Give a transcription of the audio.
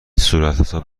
صورتحساب